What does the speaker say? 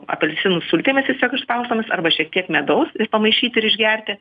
apelsinų sultimis tiesiog išspaustomis arba šiek tiek medaus ir pamaišyti ir išgerti